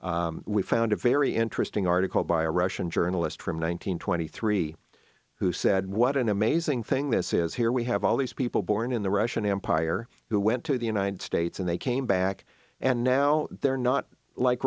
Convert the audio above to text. states we found a very interesting article by a russian journalist from one nine hundred twenty three who said what an amazing thing this is here we have all these people born in the russian empire who went to the united states and they came back and now they're not like